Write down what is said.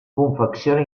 confecciona